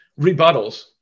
rebuttals